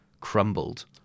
crumbled